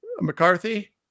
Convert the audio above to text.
McCarthy